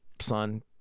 son